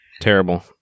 terrible